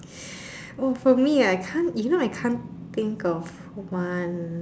oh for me ah I can't you know I can't think of one